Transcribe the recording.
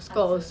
answer